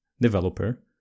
developer